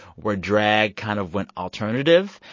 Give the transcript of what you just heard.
where drag kind of went alternative.